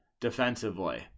defensively